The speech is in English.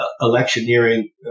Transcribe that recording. Electioneering